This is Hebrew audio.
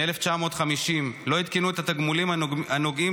מ-1950 לא עדכנו את התגמולים הנוגעים